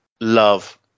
love